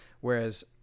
whereas